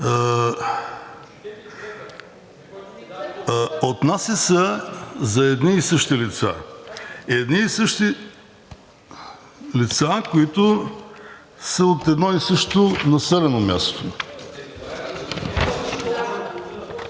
Отнася се за едни и същи лица. Едни и същи лица, които са от едно и също населено място.